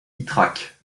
ytrac